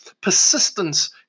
persistence